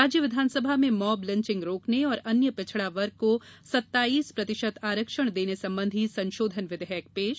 राज्य विधानसभा में मॉबलिंचिंग रोकने और अन्य पिछड़ा वर्ग को सत्ताइस प्रतिशत आरक्षण देने संबंधी संशोधन विधेयक पेश